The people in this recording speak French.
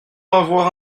avoir